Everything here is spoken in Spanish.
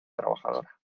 trabajadora